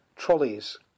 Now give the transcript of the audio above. trolleys